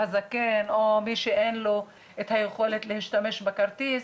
הזקן או מי שאין לו את היכולת להשתמש בכרטיס,